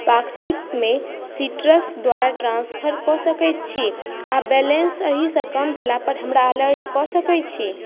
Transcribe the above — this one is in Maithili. पाक्षिक मे सिट्रस द्वारा ट्रान्सफर कऽ सकैत छी आब बैलेन्स एहि सऽ कम भेला पर हमरा अलर्ट कऽ सकै छी